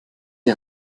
die